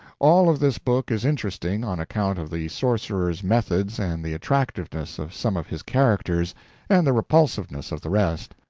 all of this book is interesting on account of the sorcerer's methods and the attractiveness of some of his characters and the repulsiveness of the rest,